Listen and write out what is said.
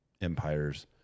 empires